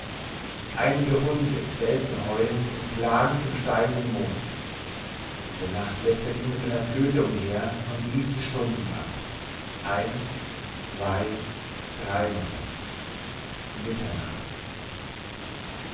einige hunde bellten heulend und klagend zum steigenden mond der nachtwächter ging mit seiner flöte umher und blies die stunden ab ein zwei dreimal mitternacht